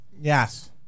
Yes